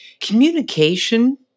communication